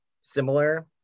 similar